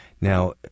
Now